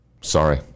Sorry